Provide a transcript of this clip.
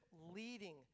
leading